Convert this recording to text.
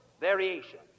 variation